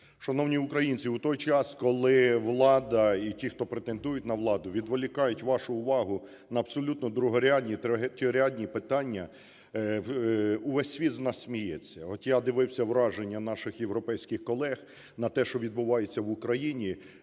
Шановні українці, у той час, коли влада і ті, хто претендують на владу, відволікають вашу увагу на абсолютно другорядні, третьорядні питання – увесь світ з нас сміється. От я дивився враження наших європейських колег на те, що відбувається в Україні,